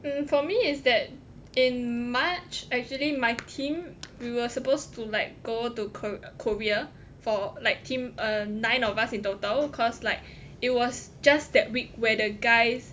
um for me is that in march actually my team we were supposed to like go to Korea for like team err nine of us in total cause like it was just that week where the guys